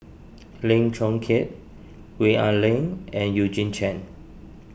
Lim Chong Keat Gwee Ah Leng and Eugene Chen